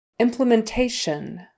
implementation